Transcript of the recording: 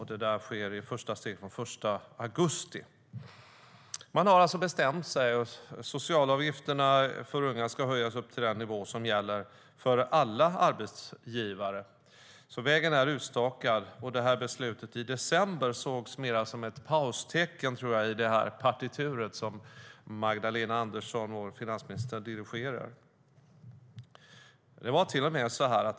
Det sker i ett första steg från den 1 augusti. Regeringen har alltså bestämt sig. Socialavgifterna för unga ska höjas till den nivå som gäller för alla arbetstagare. Vägen är utstakad. Och jag tror att beslutet i december sågs mer som ett paustecken i det partitur som vår finansminister Magdalena Andersson dirigerar.